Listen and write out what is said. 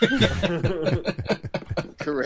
Correct